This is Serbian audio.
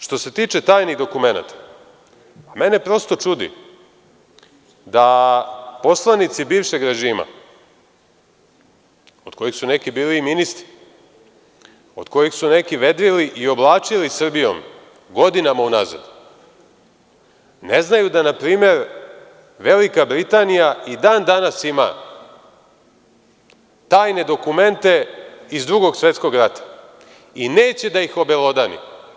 Što se tiče tajnih dokumenata, mene prosto čudi da poslanici bivšeg režima od kojih su neki bili i ministri, od kojih su neki vedrili i oblačili Srbijom godinama unazad, ne znaju da na primer Velika Britanija i dan danas ima tajne dokumente iz Drugog svetskog rata i neće da ih obelodani.